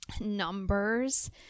numbers